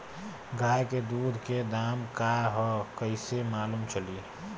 गाय के दूध के दाम का ह कइसे मालूम चली?